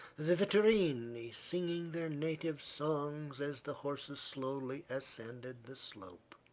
the vetturini singing their native songs as the horses slowly ascended the slope.